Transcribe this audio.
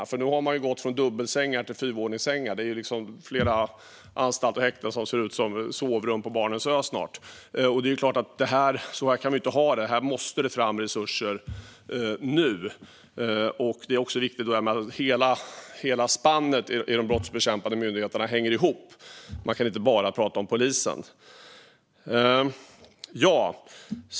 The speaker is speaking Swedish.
Nu har man nämligen gått från dubbelsängar till fyrvåningssängar; det är flera anstalter och häkten som snart ser ut som sovrum på Barnens ö. Så här kan vi ju inte ha det, utan det måste fram resurser nu. Det är också viktigt att hela spannet av brottsbekämpande myndigheter hänger ihop. Man kan inte bara prata om polisen.